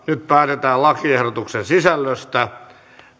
nyt päätetään lakiehdotuksen sisällöstä